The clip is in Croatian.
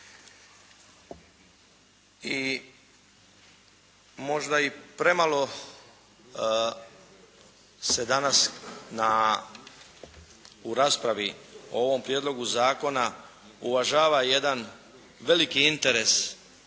I možda i premalo se danas u raspravi o ovom prijedlogu zakona uvažava jedan veliki interes